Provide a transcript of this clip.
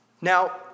Now